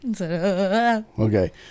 Okay